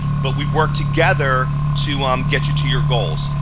but we work together to um get you to your goals.